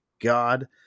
God